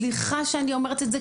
סליחה שאני אומרת את זה,